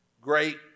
great